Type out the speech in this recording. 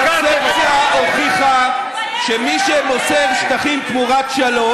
הקונספציה הוכיחה שמי שמוסר שטחים תמורת שלום,